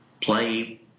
play